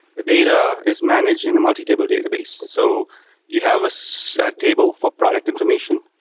the data is managed in a multi-table database. so you have a so table for product information,